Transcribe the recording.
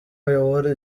abayobora